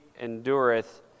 endureth